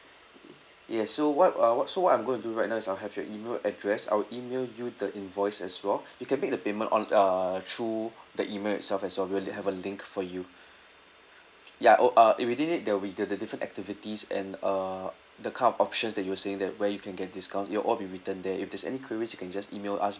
yes so what uh what so I'm going to do right now is I'll have your email address I will email you the invoice as well you can make the payment on uh through the email itself as well uh we'll have a link for you ya oh uh within it there will be the the different activities and uh the kind of options that you were saying that where you can get discounts it'll all be written there if there's any queries you can just email us